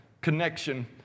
connection